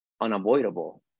unavoidable